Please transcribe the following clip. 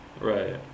Right